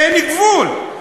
אין גבול.